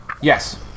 Yes